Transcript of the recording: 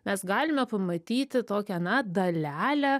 mes galime pamatyti tokią na dalelę